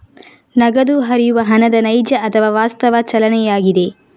ನಗದು ಹರಿವು ಹಣದ ನೈಜ ಅಥವಾ ವಾಸ್ತವ ಚಲನೆಯಾಗಿದೆ